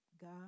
God